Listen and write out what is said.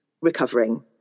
recovering